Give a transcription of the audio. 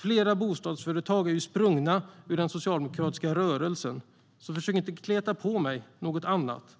Flera bostadsföretag är ju sprungna ur den socialdemokratiska rörelsen. Så försök inte kleta på mig något annat!